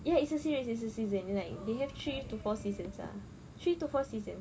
ya it's a series it's a season like they have three to four seasons ah three to four seasons ah